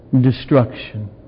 destruction